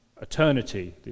eternity